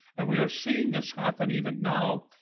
and we are seeing this happen even now.